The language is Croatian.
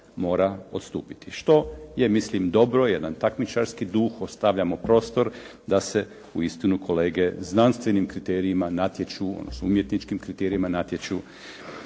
mora odstupiti, što je mislim dobro, jedan takmičarski duh, ostavljamo prostor da se uistinu kolege znanstvenim kriterijima natječu, odnosno umjetničkim kriterijima natječu.